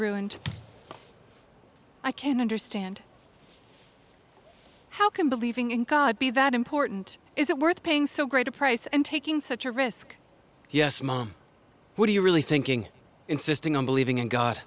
ruined i can understand how can believing in god be that important is it worth paying so great a price and taking such a risk yes mom what do you really think insisting on believing in god